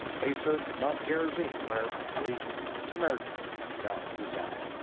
base of mount gerizim, where the sumeritans now reside.